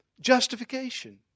Justification